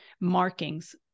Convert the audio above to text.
markings